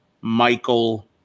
Michael